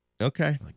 Okay